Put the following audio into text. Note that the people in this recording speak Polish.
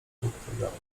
programu